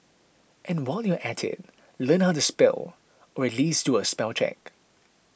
and while you're at it learn how to spell or at least do a spell check